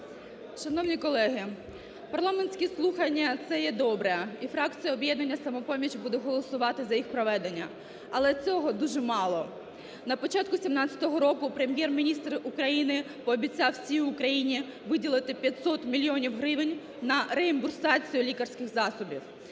Шановні колеги! Парламентські слухання, це є добре. І фракція "Об'єднання "Самопоміч" буде голосувати за їх проведення. Але цього дуже мало. На початку 2017 року Прем'єр-міністр України пообіцяв всій Україні виділити 500 мільйонів гривень на реімбурсацію лікарських засобів.